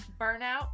Burnout